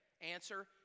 Answer